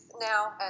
now